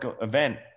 event